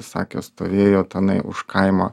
sakė stovėjo tenai už kaimo